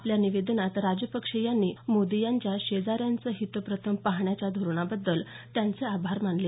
आपल्या निवेदनात राजपक्षे यांनी मोदी यांच्या शेजाऱ्याचं हित प्रथम पाहण्याच्या धोरणाबद्दल त्यांचं आभार मानले